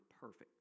perfect